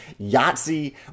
Yahtzee